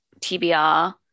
TBR